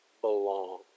belong